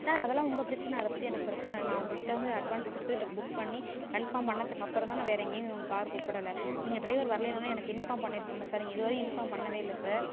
sir அதெல்லாம் உங்கள் பிரச்சினை அதை பற்றி எனக்கு பிரச்சினை இல்லை நான் உங்கள்கிட்ட வந்து அட்வான்ஸ் கொடுத்து புக் பண்ணி கன்ஃபார்ம் பண்ணறதுக்கு அப்புறம் தான் நான் வேறு எங்கையும் காரு கூப்பிடல நீங்கள் ட்ரைவர் வரலைனோனே எனக்கு இன்ஃபார்ம் பண்ணியிருக்கணும்ல சார் நீங்கள் இதுவரையும் இன்ஃபார்ம் பண்ணவே இல்லை சார்